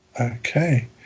Okay